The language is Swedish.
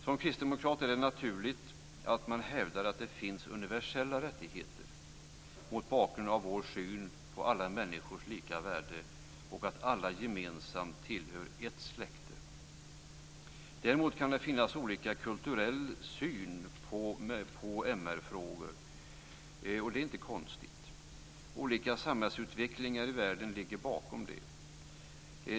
Som kristdemokrat är det naturligt att man hävdar att det finns universella rättigheter mot bakgrund av vår syn på alla människors lika värde och att vi alla gemensamt tillhör ett släkte. Däremot kan det finnas olika kulturella synsätt på MR-frågor, och det är inte så konstigt. Olika samhällsutvecklingar i världen ligger bakom det.